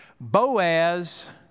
Boaz